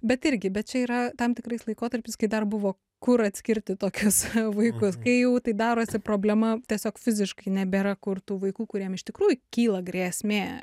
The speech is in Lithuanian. bet irgi bet čia yra tam tikras laikotarpis kai dar buvo kur atskirti tokius vaikus kai jau tai darosi problema tiesiog fiziškai nebėra kur tų vaikų kuriem iš tikrųjų kyla grėsmė